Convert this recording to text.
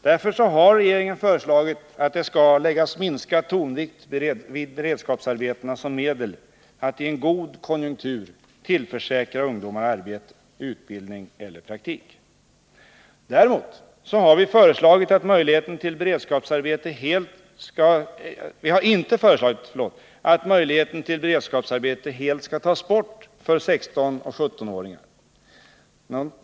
Därför har regeringen föreslagit att det skall läggas minskad tonvikt vid beredskapsarbetena som medel för att i en god konjunktur tillförsäkra ungdomar arbete, utbildning eller praktik. Däremot har vi inte föreslagit att möjligheten till beredskapsarbete helt skall tas bort för 16 och 17-åringar.